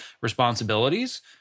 responsibilities